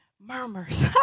Murmurs